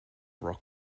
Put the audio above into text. rock